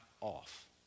off